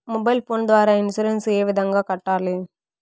mobile phone ద్వారా insurance ఏ విధంగా కట్టాలి